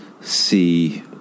see